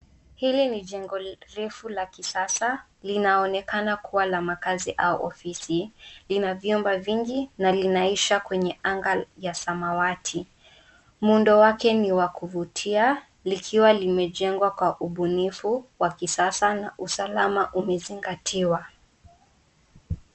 Hili ni jengo refu la kisasa, linaonekana kuwa la makazi au ofisi, lina vyumba vingi na linaisha kwenye anga ya samawati. Muundo wake ni wa kuvutia, likiwa limejengwa kwa ubunifu, wa kisasa na usalama umezingatiwa.